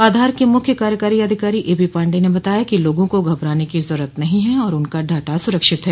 आधार के मुख्य कार्यकारी अधिकारी ए पी पांडेय ने बताया कि लोगों को घबराने की जरूरत नहीं है और उनका डाटा सुरक्षित है